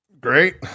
great